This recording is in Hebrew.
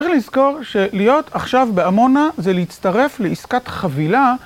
צריך לזכור שלהיות עכשיו באמונה זה להצטרף לעסקת חבילה